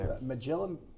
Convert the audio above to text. Magellan